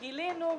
גילינו,